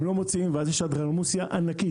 הם לא מוציאים ואז יש אנדרלמוסיה ענקית.